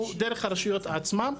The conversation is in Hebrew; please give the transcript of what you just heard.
הם דרך הרשויות עצמן.